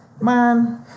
man